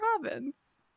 province